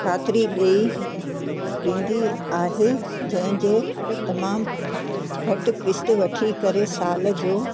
खातिरी ॾेई ॾींदी आहे जंहिंजे तमामु घटि किस्त वठी करे साल जो